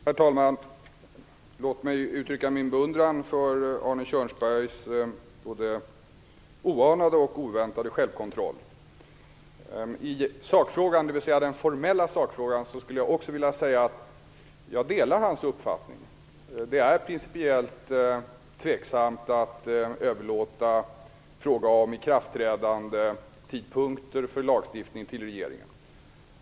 Herr talman! Låt mig uttrycka min beundran för Arne Kjörnsbergs både oanade och oväntade självkontroll. I den formella sakfrågan skulle jag också vilja säga att jag delar hans uppfattning. Det är principiellt tveksamt att överlåta frågor om ikraftträdandetidpunkter för lagstiftning till regeringen.